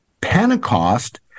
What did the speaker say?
Pentecost